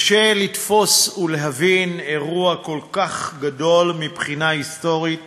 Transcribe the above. קשה לתפוס ולהבין אירוע כל כך גדול מבחינה היסטורית